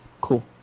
Cool